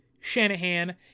Shanahan